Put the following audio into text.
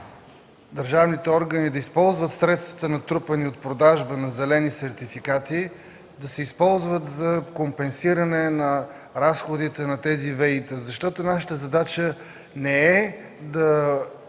държавните органи да използват средствата, натрупани от продажба на зелени сертификати, за компенсиране на разходите на тези ВЕИ-та, защото нашата задача не е да